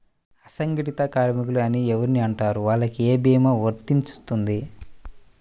అసంగటిత కార్మికులు అని ఎవరిని అంటారు? వాళ్లకు ఏ భీమా వర్తించుతుంది?